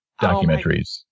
documentaries